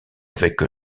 avec